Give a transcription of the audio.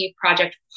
project